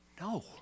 No